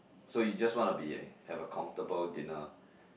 so you just want to be have a comfortable dinner